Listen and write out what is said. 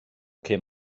cyn